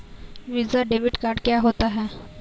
Visa debit card क्या होता है?